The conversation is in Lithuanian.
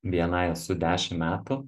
bni esu dešim metų